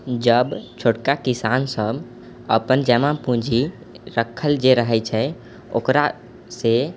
जब छोटका किसान सब अपन जमापूञ्जी रखल जे रहै छै ओकरा से